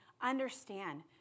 understand